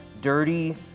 dirty